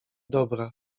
dobra